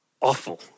awful